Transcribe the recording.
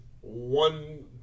one